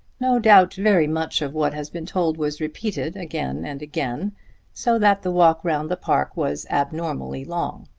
no doubt very much of what has been told was repeated again and again so that the walk round the park was abnormally long.